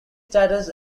status